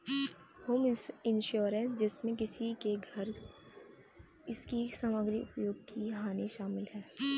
home insurance जिसमें किसी के घर इसकी सामग्री उपयोग की हानि शामिल है